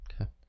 Okay